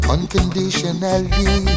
Unconditionally